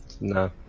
No